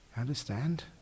Understand